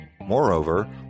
Moreover